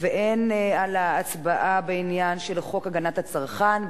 והן על ההצבעה בעניין של חוק הגנת הצרכן.